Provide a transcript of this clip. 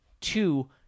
Two